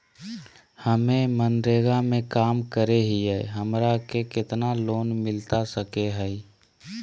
हमे मनरेगा में काम करे हियई, हमरा के कितना लोन मिलता सके हई?